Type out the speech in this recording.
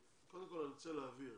אני רוצה קודם כל להבהיר